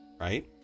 right